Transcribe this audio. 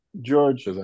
George